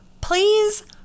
please